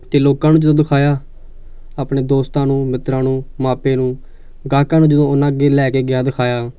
ਅਤੇ ਲੋਕਾਂ ਨੂੰ ਜਦੋਂ ਦਿਖਾਇਆ ਆਪਣੇ ਦੋਸਤਾਂ ਨੂੰ ਮਿੱਤਰਾਂ ਨੂੰ ਮਾਪੇ ਨੂੰ ਗਾਹਕਾਂ ਨੂੰ ਜਦੋਂ ਉਹਨਾਂ ਅੱਗੇ ਲੈ ਕੇ ਗਿਆ ਦਿਖਾਇਆ